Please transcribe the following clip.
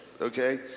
okay